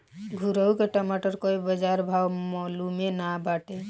घुरहु के टमाटर कअ बजार भाव मलूमे नाइ बाटे